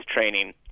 Training